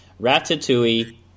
Ratatouille